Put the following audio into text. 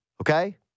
okay